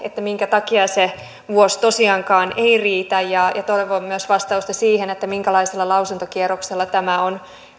minkä takia se vuosi tosiaankaan ei riitä ja toivon myös vastausta siihen minkälaisella lausuntokierroksella tämä on